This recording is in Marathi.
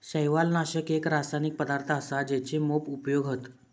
शैवालनाशक एक रासायनिक पदार्थ असा जेचे मोप उपयोग हत